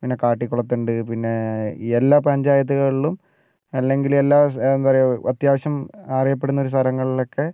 പിന്നെ കാട്ടിക്കുളത്തുണ്ട് പിന്നെ എല്ലാ പഞ്ചായത്തുകളിലും അല്ലെങ്കിൽ എല്ലാ എന്താ പറയുക അത്യാവശ്യം അറിയപ്പെടുന്ന ഒരു സ്ഥലങ്ങളിലൊക്കെ